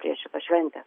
prieš šventę